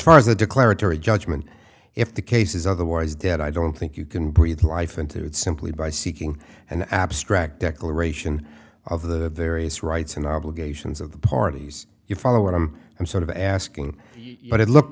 far as the declaratory judgment if the case is otherwise dead i don't think you can breathe life into it simply by seeking an abstract declaration of the various rights and obligations of the parties you follow what i'm i'm sort of asking but it looked